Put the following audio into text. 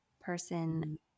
person